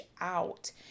out